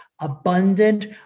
abundant